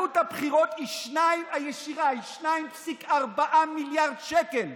היא 2.4 מיליארד שקל,